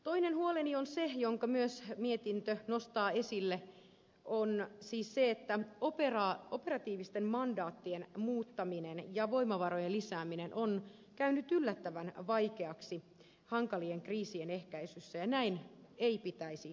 toinen huoleni on siis se minkä myös mietintö nostaa esille että operatiivisten mandaattien muuttaminen ja voimavarojen lisääminen on käynyt yllättävän vaikeaksi hankalien kriisien ehkäisyssä ja näin ei pitäisi tietenkään olla